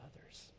others